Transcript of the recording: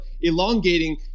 elongating